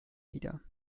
wieder